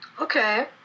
Okay